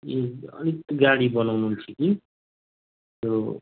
ए अलिक गाडी बोलाउनु थियो कि त्यो